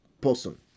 person